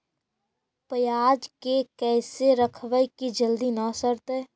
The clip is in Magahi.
पयाज के कैसे रखबै कि जल्दी न सड़तै?